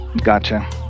gotcha